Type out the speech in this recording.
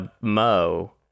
Mo